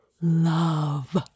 love